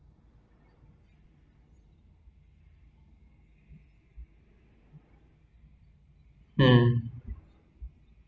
um